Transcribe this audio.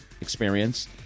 experience